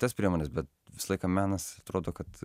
tas priemones bet visą laiką menas atrodo kad